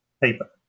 Paper